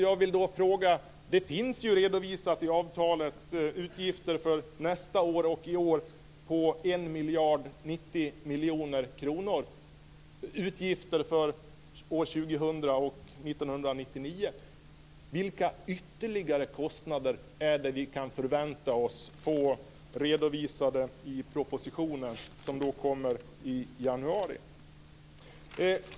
Jag vill då fråga: Det finns ju redovisat i avtalet 1 090 000 000 kr i utgifter för åren 2000 och 1999. Vilka ytterligare kostnader kan vi förvänta oss att få redovisade i den proposition som kommer i januari?